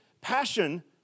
passion